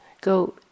go